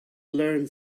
learn